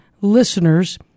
listeners